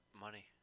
money